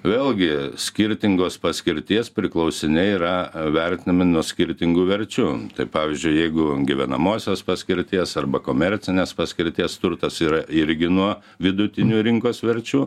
vėlgi skirtingos paskirties priklausiniai yra vertinami nuo skirtingų verčių pavyzdžiui jeigu gyvenamosios paskirties arba komercinės paskirties turtas yra irgi nuo vidutinių rinkos verčių